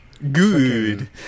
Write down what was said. Good